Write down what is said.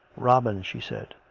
robin, she said,